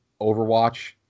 Overwatch